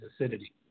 acidity